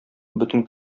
бөтен